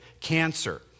cancer